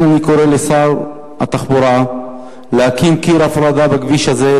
לכן אני קורא לשר התחבורה להקים קיר הפרדה בכביש הזה,